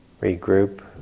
Regroup